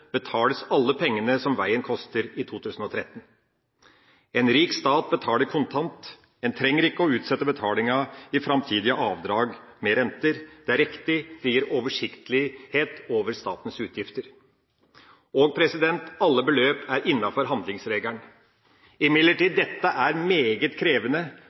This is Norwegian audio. betales alle pengene som veien koster, i 2013. En rik stat betaler kontant. En trenger ikke å utsette betalingen i framtidige avdrag med renter. Det er riktig, det gir oversiktlighet over statens utgifter, og alle beløp er innenfor handlingsregelen. Imidlertid er dette meget krevende